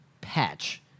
patch